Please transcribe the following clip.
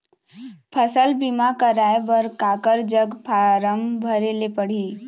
फसल बीमा कराए बर काकर जग फारम भरेले पड़ही?